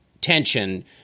tension